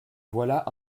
voilà